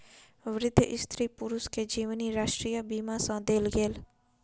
वृद्ध स्त्री पुरुष के जीवनी राष्ट्रीय बीमा सँ देल गेल